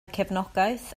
cefnogaeth